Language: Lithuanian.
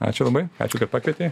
ačiū labai ačiū kad pakvietei